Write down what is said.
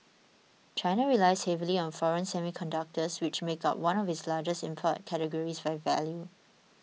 China relies heavily on foreign semiconductors which make up one of its largest import categories by value